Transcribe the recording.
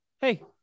hey